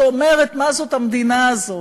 שאומרת מה זאת המדינה הזאת.